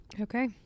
Okay